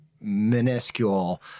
minuscule